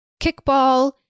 kickball